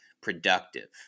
productive